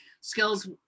skills